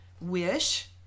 wish